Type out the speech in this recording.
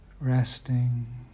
Resting